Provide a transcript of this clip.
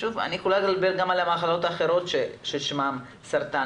ואני יכולה לדבר גם על המחלות האחרות ששמן סרטן,